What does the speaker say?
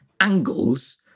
angles